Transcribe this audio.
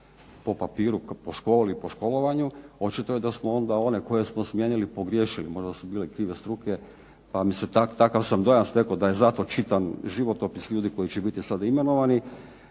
po papiru, po školi, po školovanju. Očito je da smo onda one koje smo smijenili pogriješili, možda su bili krive struke. Takav sam dojam stekao da je zato čitan životopis ljudi koji će biti sada imenovani.